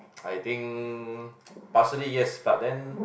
I think partially yes but then